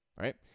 right